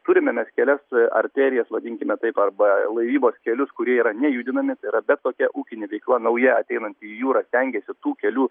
turime mes kelias arterijas vadinkime taip arba laivybos kelius kurie yra nejudinami tai yra bet kokia ūkinė veikla nauja ateinanti į jūrą stengiasi tų kelių